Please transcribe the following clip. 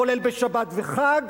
כולל בשבת ובחג,